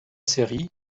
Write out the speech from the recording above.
série